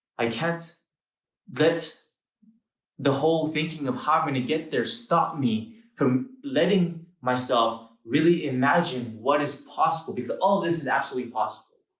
i can't let the whole thinking of how i'm gonna get there stop me from letting myself really imagine what is possible because all this is absolutely possible.